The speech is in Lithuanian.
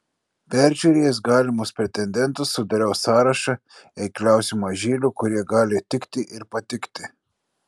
peržiūrėjęs galimus pretendentus sudariau sąrašą eikliausių mažylių kurie gali tikti ir patikti